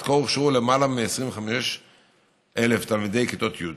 עד כה הוכשרו למעלה מ-25,000 תלמידי כיתות י'.